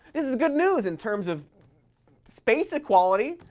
this is good news in terms of space equality.